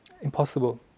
impossible